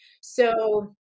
So-